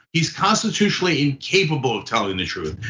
he's constitutionally incapable of telling the truth.